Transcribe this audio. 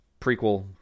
prequel